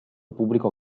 pubblico